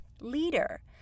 leader